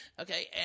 okay